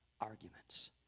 arguments